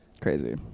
Crazy